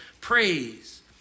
praise